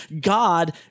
God